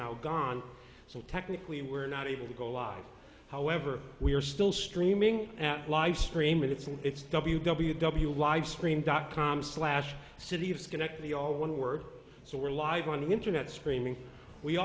now gone so technically we're not able to go live however we are still streaming live stream and it's and it's w w w live stream dot com slash city of schenectady all one word so we're live on the internet screaming we